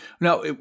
Now